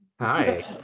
Hi